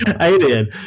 alien